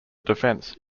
defence